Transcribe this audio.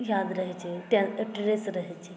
याद रहैत छै स्ट्रैस रहैत छै